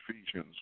Ephesians